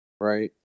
right